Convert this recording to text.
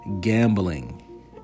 gambling